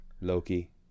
Loki